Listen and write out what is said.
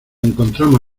encontramos